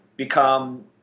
become